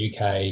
uk